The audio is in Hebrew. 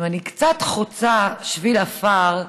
אם אני קצת חוצה שביל עפר,